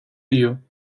you